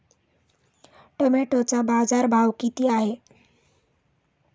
टोमॅटोचा बाजारभाव किती आहे?